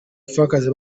bapfakazi